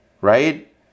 Right